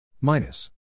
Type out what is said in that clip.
minus